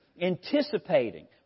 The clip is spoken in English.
anticipating